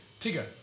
Tigger